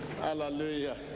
hallelujah